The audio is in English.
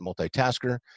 multitasker